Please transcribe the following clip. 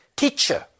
teacher